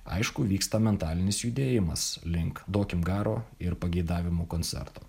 aišku vyksta mentalinis judėjimas link duokim garo ir pageidavimų koncerto